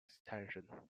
extension